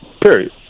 period